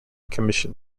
commission